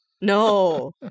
No